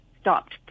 stopped